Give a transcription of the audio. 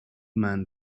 man